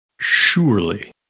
surely